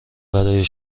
برای